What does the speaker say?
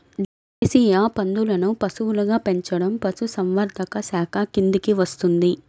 దేశీయ పందులను పశువులుగా పెంచడం పశుసంవర్ధక శాఖ కిందికి వస్తుంది